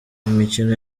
imikino